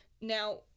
Now